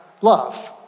love